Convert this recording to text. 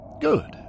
Good